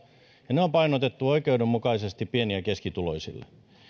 ne on painotettu oikeudenmukaisesti pieni ja keskituloisille